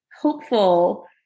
hopeful